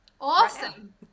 awesome